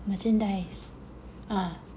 merchandise ah